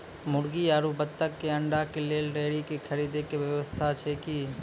मुर्गी आरु बत्तक के अंडा के लेल डेयरी के खरीदे के व्यवस्था अछि कि?